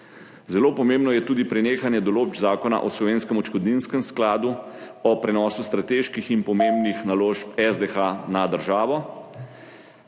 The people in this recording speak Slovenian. Zelo pomembno je tudi prenehanje določb Zakona o Slovenskem odškodninskem skladu o prenosu strateških in pomembnih naložb SDH na državo.